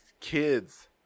kids